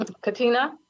Katina